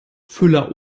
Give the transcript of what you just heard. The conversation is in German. füller